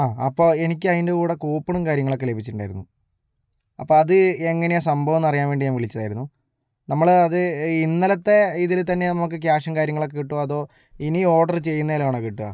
ആ അപ്പോൾ എനിക്ക് അതിൻ്റെ കൂടെ കൂപ്പണും കാര്യങ്ങളൊക്കെ ലഭിച്ചിട്ടുണ്ടായിരുന്നു അപ്പം അത് എങ്ങനെയാണ് സംഭവം എന്നറിയാൻ ഞാൻ വിളിച്ചതായിരുന്നു നമ്മൾ അത് ഇന്നലത്തെ ഇതിൽ തന്നെ നമുക്ക് ക്യാഷും കാര്യങ്ങളൊക്കെ കിട്ടുമോ അതോ ഇനി ഓർഡർ ചെയ്യുന്നതിലാണോ കിട്ടുക